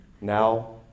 now